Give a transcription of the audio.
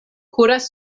kuras